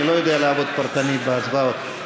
אני לא יודע לעבוד פרטנית בהצבעות.